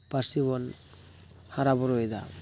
ᱯᱟᱹᱨᱥᱤᱵᱚᱱ ᱦᱟᱨᱟᱼᱵᱩᱨᱩᱭᱮᱫᱟ